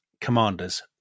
commanders